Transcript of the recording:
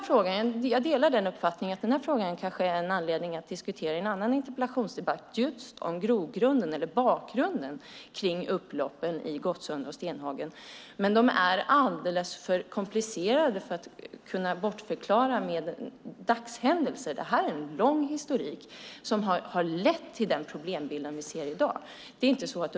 Jag delar uppfattningen att det kanske finns anledning att diskutera den här frågan i en annan interpellationsdebatt om grogrunden eller bakgrunden till upploppen i Gottsunda och Stenhagen, men det är alldeles för komplicerat för att kunna bortförklaras med dagshändelser. Det finns en lång historik som har lett till problembilden som vi ser i dag.